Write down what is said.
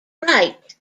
right